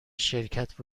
شرکت